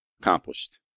accomplished